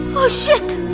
oh shit,